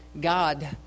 God